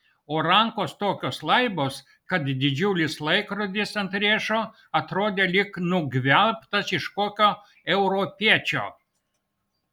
o rankos tokios laibos kad didžiulis laikrodis ant riešo atrodė lyg nugvelbtas iš kokio europiečio